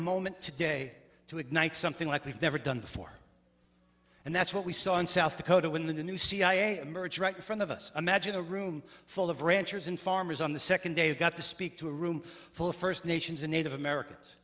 moment today to ignite something like we've never done before and that's what we saw in south dakota when the new cia right in front of us imagine a room full of ranchers and farmers on the second day got to speak to a room full of first nations and native americans